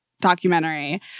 documentary